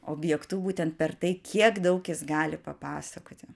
objektu būtent per tai kiek daug jis gali papasakoti